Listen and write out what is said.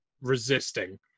resisting